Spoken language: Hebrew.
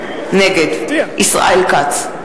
נגד ישראל כץ,